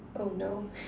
oh no